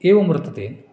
एवं वर्तते